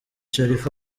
sharifa